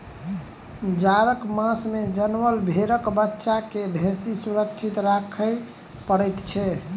जाड़क मास मे जनमल भेंड़क बच्चा के बेसी सुरक्षित राखय पड़ैत छै